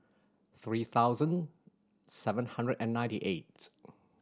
three thousand seven hundred and ninety eight